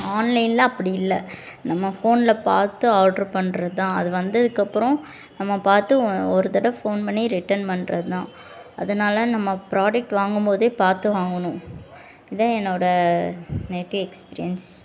ஆன்லைன்ல அப்படி இல்லை நம்ம ஃபோன்ல பார்த்து ஆர்ட்ரு பண்ணுறதான் அது வந்ததுக்கு அப்புறம் நம்ம பார்த்து ஒ ஒரு தடவை ஃபோன் பண்ணி ரிட்டர்ன் பண்ணுறதுதான் அதனால் நம்ம ப்ராடக்ட் வாங்கும்போதே பார்த்து வாங்கணும் இதுதான் என்னோடய நெகட்டிவ் எக்ஸ்பீரியன்ஸ்